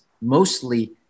mostly